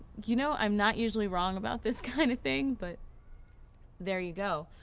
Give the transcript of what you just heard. you know, i'm not usually wrong about this kind of thing but there you go.